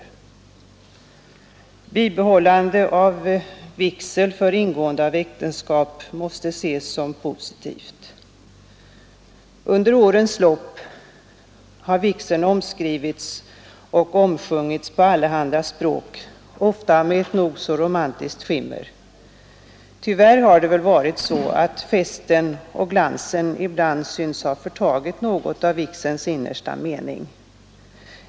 Att bibehålla vigseln för ingående av äktenskap måste ses som något positivt. Under årens lopp har vigseln omskrivits och omsjungits på allehanda språk, ofta med ett nog så romantiskt sken. Tyvärr har det väl varit så att festen och glansen ibland synts ha förtagit något av vigselns innersta mening.